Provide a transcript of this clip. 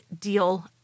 deal